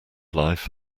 life